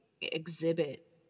exhibit